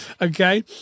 Okay